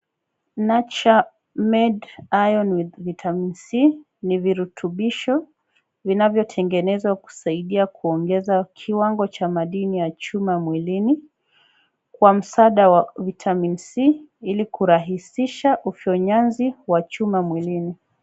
Nature made Iron with vitamini C , ni virutubisho, vinavyo tengenezwa kusaidia kuongeza kiwango cha madini ya chuma mwilini, kwa msaada wa vitamini C, ili kurahisisha ufyonyanzi wa chuma mwilini.